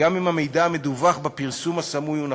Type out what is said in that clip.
גם אם המידע המדווח בפרסום הסמוי הוא נכון,